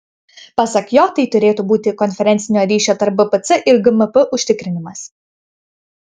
pasak jo tai turėtų būti konferencinio ryšio tarp bpc ir gmp užtikrinimas